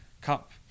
Cup